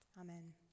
Amen